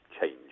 change